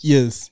Yes